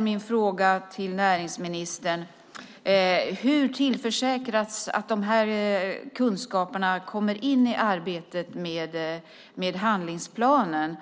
Min fråga till näringsministern är: Hur tillförsäkras att de kunskaperna kommer in i arbetet med handlingsplanen?